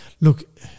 look